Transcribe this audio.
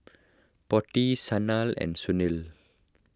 Potti Sanal and Sunil